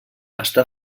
està